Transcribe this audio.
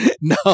No